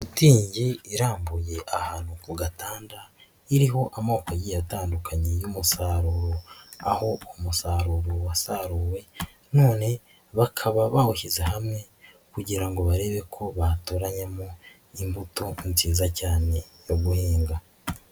Shitingi irambuye ahantu ku gatanda iriho amoko agiye atandukanye y'umusaruro, aho uwo musaruro wasaruwe none bakaba bawushyize hamwe kugira ngo barebe ko batoranyamo imbuto nziza cyane yo guhinga.